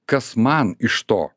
kas man iš to